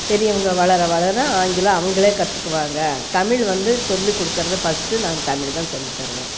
பெரியவங்க வளர வளர ஆங்கிலம் அவங்களே கற்றுக்குவாங்க தமிழ் வந்து சொல்லிக் கொடுக்கறது ஃபஸ்ட்டு நாங்கள் தமிழ் தான் சொல்லித் தருவோம்